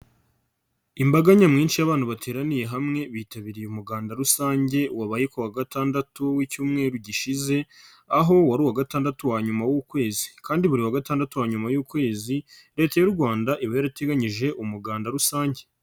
Imbaga nyamwinshi y'abantu bateraniye hamwe bitabiriye umuganda rusange wabaye kuwa gatandatu w'icyumweru gishize, aho wari uwa gatandatu wa nyuma w'ukwezi kandi buri wa gatandatu wa nyuma w'ukwezi Leta y'u Rwanda iba yarateganyije umuganda rusange.